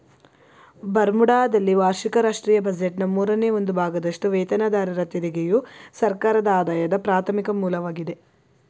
ಬರ್ಮುಡಾದಲ್ಲಿ ವಾರ್ಷಿಕ ರಾಷ್ಟ್ರೀಯ ಬಜೆಟ್ನ ಮೂರನೇ ಒಂದು ಭಾಗದಷ್ಟುವೇತನದಾರರ ತೆರಿಗೆಯು ಸರ್ಕಾರದಆದಾಯದ ಪ್ರಾಥಮಿಕ ಮೂಲವಾಗಿದೆ